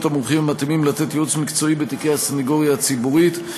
המומחים המתאימים לתת ייעוץ מקצועי בתיקי הסנגוריה הציבורית,